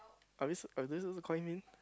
are we s~ are they suppossed to call him in